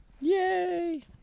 Yay